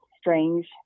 strange